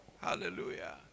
Hallelujah